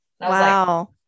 wow